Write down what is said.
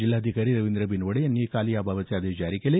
जिल्हाधिकारी रवींद्र बिनवडे यांनी काल याबाबतचे आदेश जारी केले